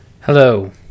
hello